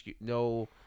no